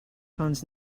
puns